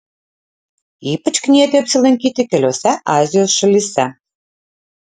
ypač knieti apsilankyti keliose azijos šalyse